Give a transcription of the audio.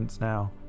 now